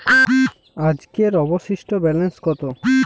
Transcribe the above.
আজকের অবশিষ্ট ব্যালেন্স কত?